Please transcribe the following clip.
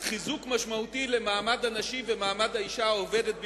חיזוק משמעותי למעמד הנשים ולמעמד האשה העובדת בישראל.